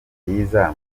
byiza